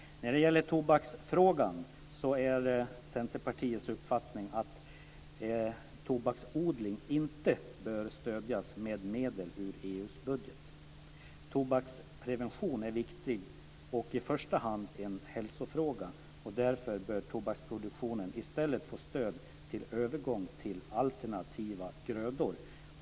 När det gäller tobaksfrågan är det Centerpartiets uppfattning att tobaksodling inte bör stödjas med medel ur EU:s budget. Tobaksprevention är viktig och i första hand en hälsofråga. Därför bör tobaksproduktionen i stället få stöd för övergång till alternativa grödor.